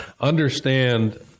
understand